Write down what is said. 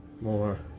more